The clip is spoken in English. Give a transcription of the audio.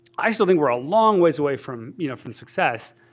i still think we're a long way away from you know from success,